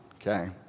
okay